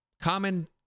common